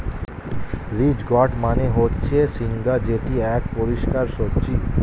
ridge gourd মানে হচ্ছে ঝিঙ্গা যেটি এক পুষ্টিকর সবজি